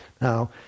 Now